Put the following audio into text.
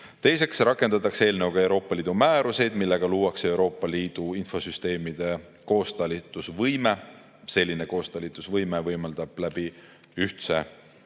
Teiseks rakendatakse eelnõu kohaselt Euroopa Liidu määrused, millega luuakse Euroopa Liidu infosüsteemide koostalitusvõime. Selline koostalitusvõime võimaldab ühtse